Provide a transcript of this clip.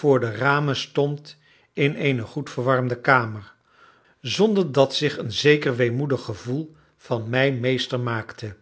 de ramen stond in eene goed verwarmde kamer zonder dat zich een zeker weemoedig gevoel van mij meester maakte